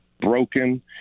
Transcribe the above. broken